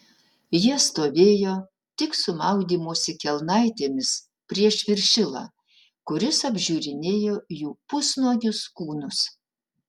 jie stovėjo tik su maudymosi kelnaitėmis prieš viršilą kuris apžiūrinėjo jų pusnuogius kūnus